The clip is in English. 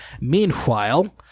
Meanwhile